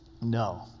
no